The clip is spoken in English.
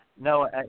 No